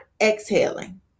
exhaling